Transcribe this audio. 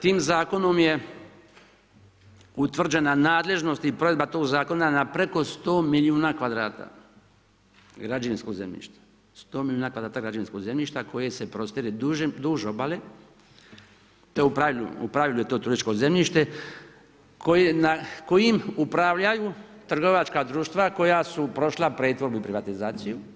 Tim zakonom je utvrđena nadležnost i provedba tog zakona na preko 100 milijuna kvadrata građevinskog zemljišta, 100 milijuna kvadrata građevinskog zemljišta koje se prostire duž obale te u pravilu je to turističko zemljište kojim upravljaju trgovačka društva koja su prošla pretvorbu i privatizaciju.